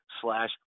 slash